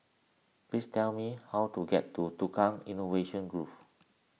please tell me how to get to Tukang Innovation Grove